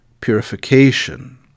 purification